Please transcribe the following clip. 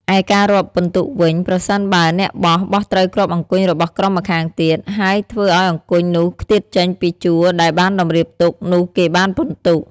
ឯការរាប់ពិន្ទុវិញ ប្រសិនបើអ្នកបោះ បោះត្រូវគ្រាប់អង្គញ់របស់ក្រុមម្ខាងទៀត ហើយធ្វើឱ្យអង្គញ់នោះខ្ទាតចេញពីជួរដែលបានតម្រៀបទុក នោះគេបានពិន្ទុ ។